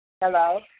hello